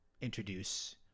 introduce